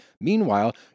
Meanwhile